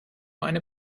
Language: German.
eine